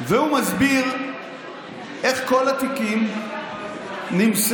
והוא מסביר איך כל התיקים נמסרו,